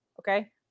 Okay